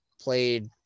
played